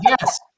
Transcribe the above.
Yes